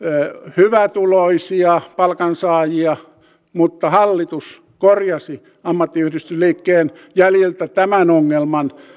hyvätuloisia palkansaajia mutta hallitus korjasi ammattiyhdistysliikkeen jäljiltä tämän ongelman